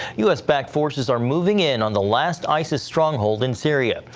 u s. backed forces are moving in on the last isa stronghold in syria.